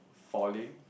falling